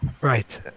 Right